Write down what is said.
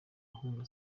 ahunga